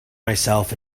myself